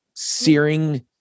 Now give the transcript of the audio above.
Searing